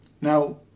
Now